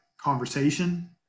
conversation